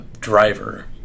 driver